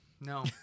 No